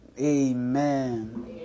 Amen